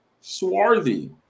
swarthy